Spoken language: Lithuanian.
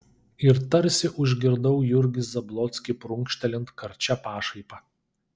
ir tarsi užgirdau jurgį zablockį prunkštelint karčia pašaipa